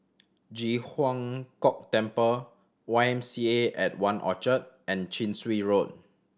Ji Huang Kok Temple Y M C A and One Orchard and Chin Swee Road